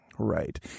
Right